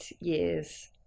years